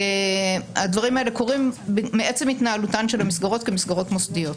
הדברים האלה קורים מעצם התנהלותן של המסגרות כמסגרות מוסדיות.